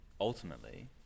ultimately